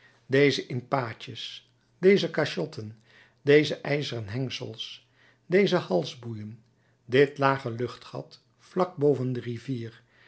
deze in paces deze cachotten deze ijzeren hengels deze halsboeien dit lage luchtgat vlak boven de rivier